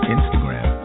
Instagram